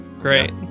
Great